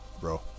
bro